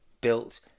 built